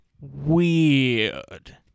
weird